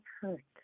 hurt